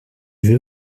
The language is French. veux